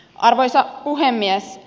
arvoisa puhemies